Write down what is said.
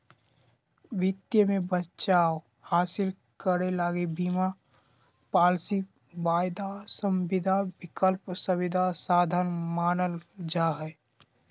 वित्त मे बचाव हासिल करे लगी बीमा पालिसी, वायदा संविदा, विकल्प संविदा साधन मानल जा हय